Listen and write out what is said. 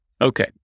Okay